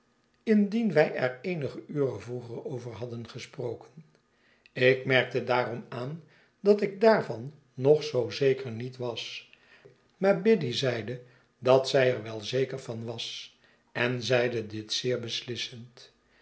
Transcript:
indien wij er eenige uren vroeger over hadden gesproken ik merkte daarom aan dat ik daarvan nog zoo zeker niet was maar biddy zeide dat zij er wel zeker van was en zeide dit zeer beslissend